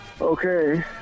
Okay